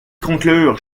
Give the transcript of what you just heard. conclure